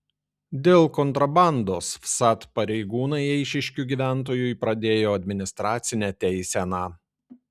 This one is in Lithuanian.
dėl kontrabandos vsat pareigūnai eišiškių gyventojui pradėjo administracinę teiseną